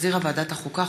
שהחזירה ועדת החוקה,